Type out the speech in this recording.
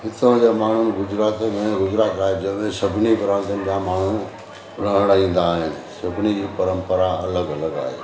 हितां जा माण्हू गुजरात में सभिनी ग्रंथनि जा माण्हू रहणु ईंदा आहिनि सभिनी जी परंपरा अलॻि अलॻि आहे